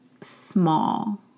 small